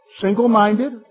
Single-minded